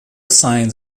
signs